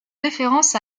référence